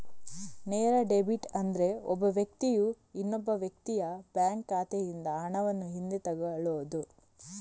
ನೇರ ಡೆಬಿಟ್ ಅಂದ್ರೆ ಒಬ್ಬ ವ್ಯಕ್ತಿಯು ಇನ್ನೊಬ್ಬ ವ್ಯಕ್ತಿಯ ಬ್ಯಾಂಕ್ ಖಾತೆಯಿಂದ ಹಣವನ್ನು ಹಿಂದೆ ತಗೊಳ್ಳುದು